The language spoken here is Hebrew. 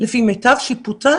לפי מיטב שיפוטם,